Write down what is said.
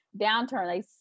downturn